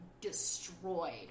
destroyed